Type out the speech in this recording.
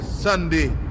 Sunday